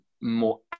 more